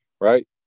Right